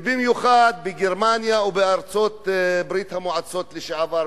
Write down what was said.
במיוחד בגרמניה או בארצות ברית-המועצות לשעבר,